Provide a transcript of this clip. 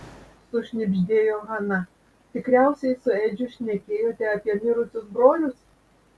sušnibždėjo hana tikriausiai su edžiu šnekėjote apie mirusius brolius